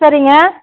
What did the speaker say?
சரிங்க